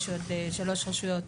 יש עוד שלוש רשויות,